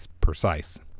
precise